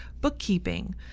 bookkeeping